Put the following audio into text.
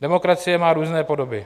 Demokracie má různé podoby.